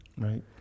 Right